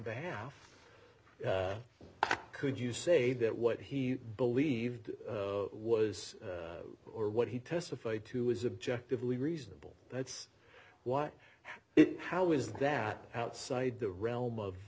behalf could you say that what he believed was or what he testified to was objective lee reasonable that's what it how is that outside the realm of